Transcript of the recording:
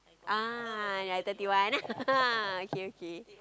ah like thirty one okay okay